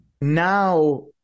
now